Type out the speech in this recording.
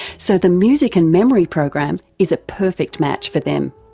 so the music and memory program is a perfect match for them.